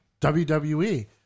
WWE